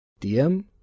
DM